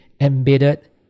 embedded